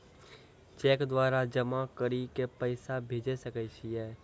Cheque द्वारा जमा करि के पैसा भेजै सकय छियै?